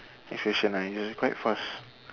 next question ah ya it's quite fast